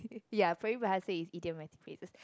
ya peribahasa is idiomatic phrases